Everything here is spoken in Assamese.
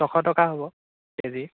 ছশ টকা হ'ব কে জি